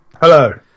Hello